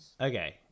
Okay